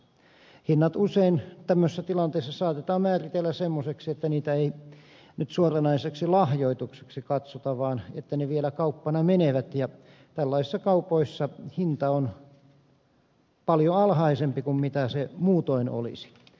hinnat usein tämmöisessä tilanteessa saatetaan määritellä semmoisiksi että niitä ei nyt suoranaiseksi lahjoitukseksi katsota vaan että ne vielä kauppana menevät ja tällaisissa kaupoissa hinta on paljon alhaisempi kuin se muutoin olisi